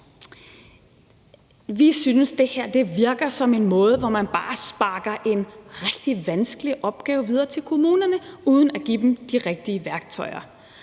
vi synes, at det her virker som en måde, hvorpå man bare sparker en rigtig vanskelig opgave videre til kommunerne uden at give dem de rigtige værktøjer.